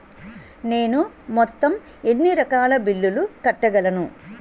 నేను మొత్తం ఎన్ని రకాల బిల్లులు కట్టగలను?